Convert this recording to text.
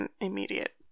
immediate